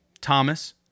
Thomas